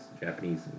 Japanese